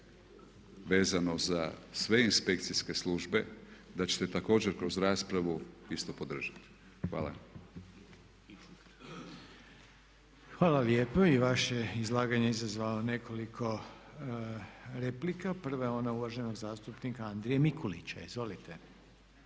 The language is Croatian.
vezano za sve inspekcijske službe da će se također kroz raspravu isto podržati. Hvala. **Reiner, Željko (HDZ)** Hvala lijepo. I vaše izlaganje izazvalo je nekoliko replika. Prva je ona uvaženog zastupnika Andrije Mikulića. Izvolite.